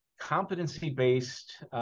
competency-based